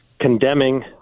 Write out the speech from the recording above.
condemning